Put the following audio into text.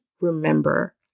remember